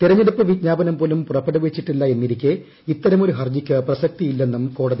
തിരഞ്ഞെടുപ്പ് വിജ്ഞാപനം പോലും പുറപ്പെടുവിച്ചിട്ടില്ല എന്നിരിക്കേ ഇത്തരമൊരു ഹർജിക്ക് പ്രസക്തിയില്ലെന്നും കോടതി ചൂണ്ടിക്കാട്ടി